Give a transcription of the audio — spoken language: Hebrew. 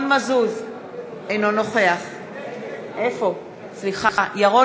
נגד מרב